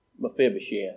Mephibosheth